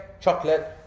chocolate